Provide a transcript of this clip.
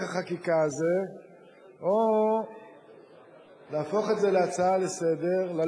החקיקה הזה או להפוך את זה להצעה לסדר-היום.